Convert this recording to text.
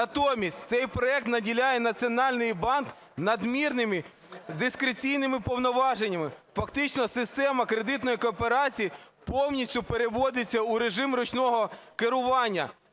Натомість цей проект наділяє Національний банк надмірними дискреційними повноваженнями, фактично система кредитної кооперації повністю переводиться у режим ручного керування.